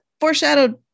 foreshadowed